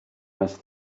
must